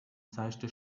seichte